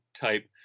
type